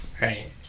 Right